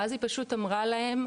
ואז היא פשוט אמרה להם,